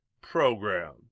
program